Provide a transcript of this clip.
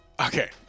Okay